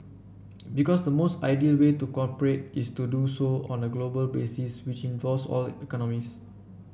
because the most ideal way to cooperate is to do so on a global basis which involves all economies